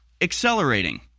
accelerating